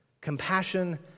Compassion